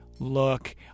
Look